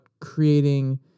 creating